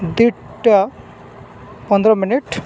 ଦୁଇଟା ପନ୍ଦର ମିନିଟ୍